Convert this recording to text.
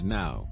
now